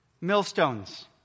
Millstones